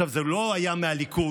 הוא לא היה מהליכוד,